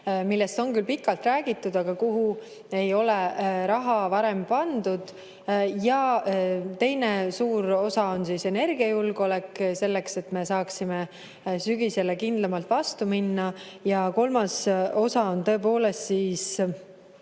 millest on pikalt räägitud, aga kuhu ei ole raha varem pandud. Teine suur osa on energiajulgeolek, selleks et me saaksime sügisele kindlamalt vastu minna. Ja kolmas osa on tõepoolest sõja